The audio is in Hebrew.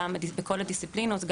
בכל הדיסציפלינות,